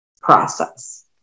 process